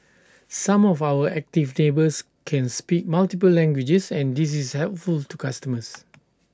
some of our active neighbours can speak multiple languages and this is helpful to customers